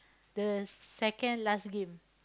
the second last game